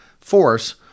force